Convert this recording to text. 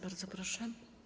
Bardzo proszę.